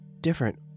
different